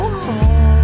home